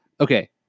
Okay